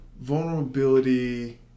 vulnerability